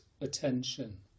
attention